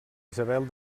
isabel